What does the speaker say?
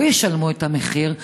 לא ישלמו את המחיר,